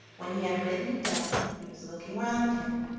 when he had written it down he was looking round him,